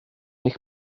eich